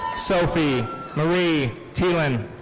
sophie marie thielen.